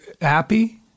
happy